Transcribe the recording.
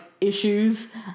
issues